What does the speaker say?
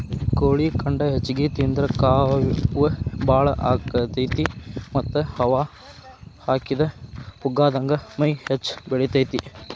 ಕೋಳಿ ಖಂಡ ಹೆಚ್ಚಿಗಿ ತಿಂದ್ರ ಕಾವ್ ಬಾಳ ಆಗತೇತಿ ಮತ್ತ್ ಹವಾ ಹಾಕಿದ ಪುಗ್ಗಾದಂಗ ಮೈ ಹೆಚ್ಚ ಬೆಳಿತೇತಿ